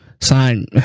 sign